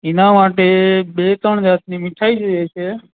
એના માટે બે ત્રણ જાતની મીઠાઇ જોઈએ છે